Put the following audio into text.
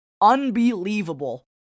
unbelievable